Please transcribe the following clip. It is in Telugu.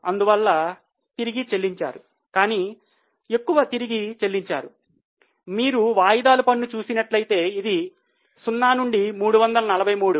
అందువల్ల తిరిగి చెల్లించారు కానీ ఎక్కువ తిరిగి చెల్లించారు మీరు వాయిదాల పన్ను చూచినట్లయితే ఇది 0 నుండి 343